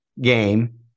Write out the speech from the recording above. game